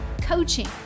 coaching